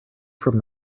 from